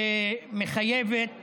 שמחייבים